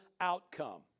outcome